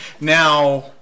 Now